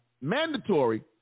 mandatory